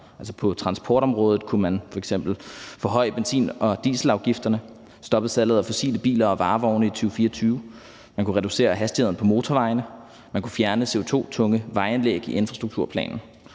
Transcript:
På transportområdet kunne man f.eks. forhøje benzin- og dieselafgifterne, stoppe salget af fossilbiler og -varevogne i 2024, og man kunne reducere hastigheden på motorvejene og fjerne CO2-tunge vejanlæg i infrastrukturplanen.